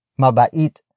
Mabait